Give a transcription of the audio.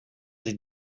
sie